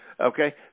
Okay